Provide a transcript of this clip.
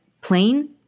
plain